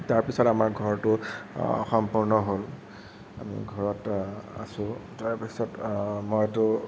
তাৰ পিছত আমাৰ ঘৰটো সম্পূৰ্ণ হ'ল আমি ঘৰত আছোঁ তাৰপিছত মইতো